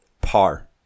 par